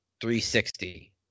360